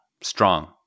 strong